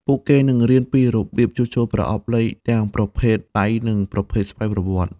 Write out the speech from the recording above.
ពួកគេនឹងរៀនពីរបៀបជួសជុលប្រអប់លេខទាំងប្រភេទដៃនិងប្រភេទស្វ័យប្រវត្តិ។